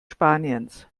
spaniens